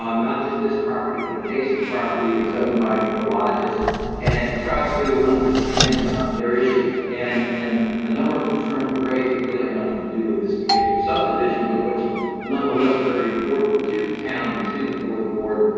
um not just this property, but adjacent property that's owned by prologis and to try to understand their issues. and and a number of concerns were raised, it really had nothing to do with this particular subdivision, but which nonetheless were very important to the town and to the fourth ward.